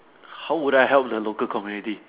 how would I help the local community